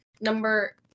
Number